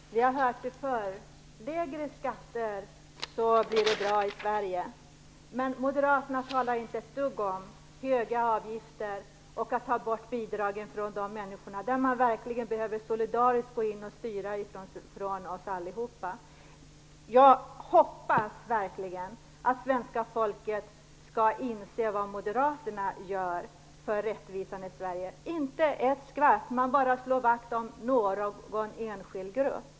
Herr talman! Vi har hört det förr: Lägre skatter, så blir det bra i Sverige! Men Moderaterna talar inte ett dugg om höga avgifter och om borttagandet av bidrag från de människor som verkligen har behov av att vi solidariskt går in och styr. Jag hoppas verkligen att svenska folket skall inse vad Moderaterna gör för rättvisan i Sverige - inte ett skvatt. De bara slår vakt om någon enskild grupp.